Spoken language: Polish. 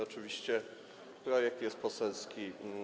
Oczywiście projekt jest poselski.